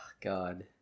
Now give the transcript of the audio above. God